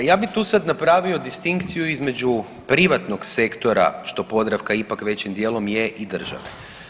Pa ja bi tu sad napravio distinkciju između privatnog sektora što Podravka ipak većim dijelom je i države.